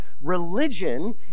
Religion